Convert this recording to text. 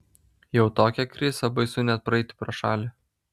jau tokia krisa baisu net praeiti pro šalį